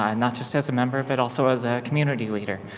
and not just as a member but also as a community leader.